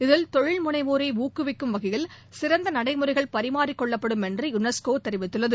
இது தொழில் முனைவோரை ஊக்குவிக்கும் வகையில் சிறந்த நடைமுறைகள் பரிமாறிக்கொள்ளப்படும் என்று யுனெஸ்கோ தெரிவித்துள்ளது